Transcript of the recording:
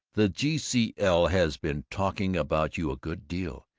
the g c l. has been talking about you a good deal.